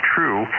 True